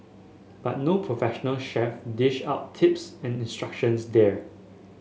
but no professional chef dish out tips and instructions there